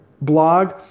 blog